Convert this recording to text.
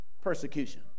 persecution